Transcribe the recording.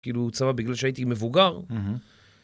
כאילו הוא צבע בגלל שהייתי מבוגר.